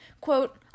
quote